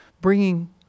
bringing